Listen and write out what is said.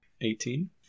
Eighteen